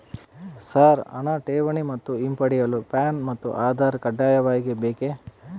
Sir ಹಣ ಠೇವಣಿ ಮತ್ತು ಹಿಂಪಡೆಯಲು ಪ್ಯಾನ್ ಮತ್ತು ಆಧಾರ್ ಕಡ್ಡಾಯವಾಗಿ ಬೇಕೆ?